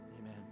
Amen